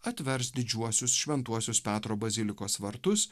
atvers didžiuosius šventuosius petro bazilikos vartus